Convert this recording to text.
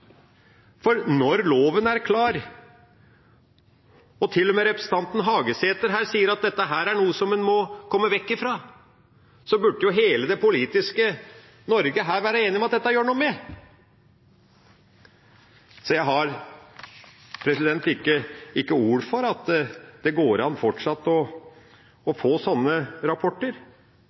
For når loven er klar – til og med representanten Hagesæter sier her at dette er noe som en må komme bort fra – burde hele det politiske Norge være enige om at dette gjør en noe med. Jeg har ikke ord for at det går an fortsatt å få sånne rapporter,